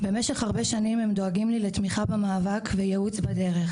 במשך הרבה שנים הם דואגים לי לתמיכה במאבק וייעוץ בדרך